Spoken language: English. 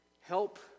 help